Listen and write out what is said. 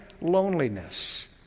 loneliness